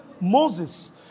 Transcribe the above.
Moses